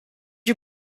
you